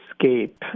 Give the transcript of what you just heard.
escape